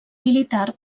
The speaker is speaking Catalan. militar